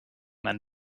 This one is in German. man